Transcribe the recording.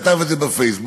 כתב את זה בפייסבוק